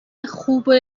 خوب